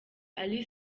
ally